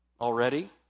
already